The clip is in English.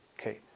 Okay